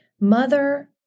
mother